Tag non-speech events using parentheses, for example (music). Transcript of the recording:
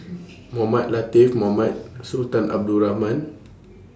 (noise) Mohamed Latiff Mohamed Sultan Abdul Rahman